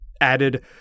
added